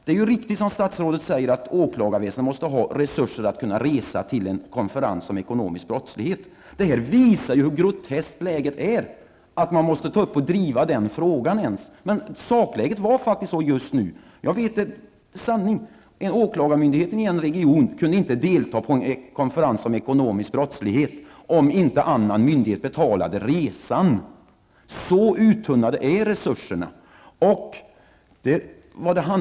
Det är riktigt, som statsrådet säger, att åklagarväsendet måste ha resurser, så att man kan resa till en konferens om ekonomisk brottslighet. Detta visar bara hur groteskt läget är. Frågan borde ju inte ens behöva drivas. Det är emellertid sakläget just nu. Jag vet t.ex., och det är sanning, att man vid åklagarmyndigheten i en viss region inte kunde delta i en konferens om ekonomisk brottslighet om inte en annan myndighet betalade resan. Så uttunnade är resurserna!